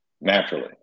Naturally